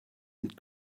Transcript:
and